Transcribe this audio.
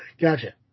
Gotcha